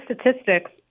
statistics